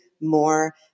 more